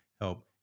help